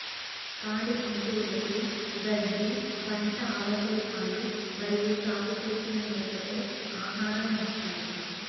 పాడి జంతువులకు గడ్డి, పంట అవశేషాలు మరియు సాగు చేసిన మేతతో ఆహారం ఇస్తారు